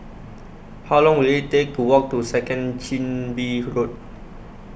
How Long Will IT Take to Walk to Second Chin Bee Road